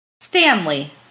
Stanley